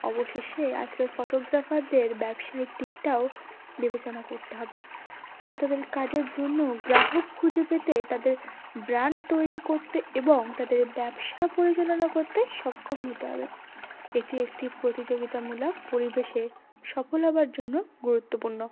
অবশেষে আজকের ফটোগ্রাফারদের ব্যবসায়িক দিকটাও বিবেচনা করতে হবে তারা তাদের কাজের জন্য গ্রাহক খুঁজে পেতে তাদের ব্র্যান্ড তৈরি করতে এবং তাদের ব্যবসা পরিচালনা করতে সক্ষম হতে হবে এটি একটি প্রতিযোগিতামূলক পরিবেশে সফল হওয়ার জন্য গুরুত্বপূর্ণ